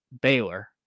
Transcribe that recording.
Baylor